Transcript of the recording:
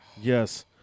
Yes